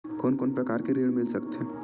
कोन कोन प्रकार के ऋण मिल सकथे?